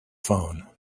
phone